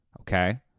Okay